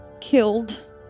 killed